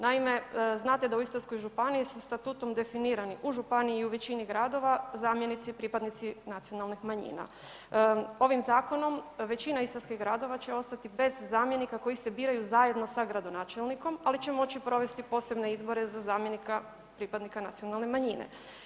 Naime, znate da u Istarskoj županiji statutom definirani u županiji i u većini gradova zamjenici pripadnici nacionalnih manjina, ovim zakonom većina istarskih gradova će ostati bez zamjenika koji se biraju zajedno sa gradonačelnikom, ali će moći provesti posebne izbore za zamjenika pripadnika nacionalne manjine.